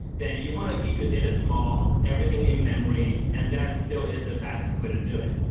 then you want to keep your data small, everything in-memory, and that still is the fastest way to do it.